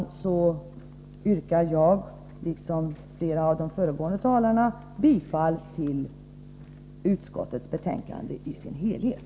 Med detta yrkar jag liksom flera av de föregående talarna bifall till socialförsäkringsutskottets hemställan i dess helhet.